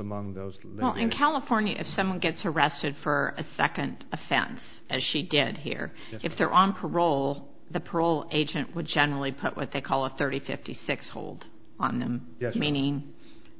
among those law in california if someone gets arrested for a second offense as she did here if they're on parole the parole agent would generally put what they call a thirty fifty six hold on them yes meaning